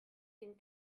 den